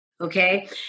okay